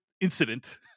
incident